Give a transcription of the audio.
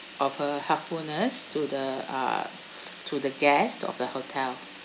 of her helpfulness to the uh to the guests of the hotel